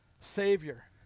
Savior